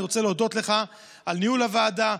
אני רוצה להודות לך על ניהול הוועדה,